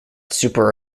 super